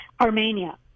Armenia